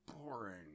boring